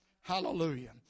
Hallelujah